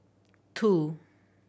two